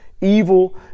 evil